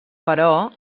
però